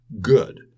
good